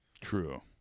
True